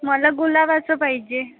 मला गुलाबाचं पाहिजे